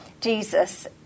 jesus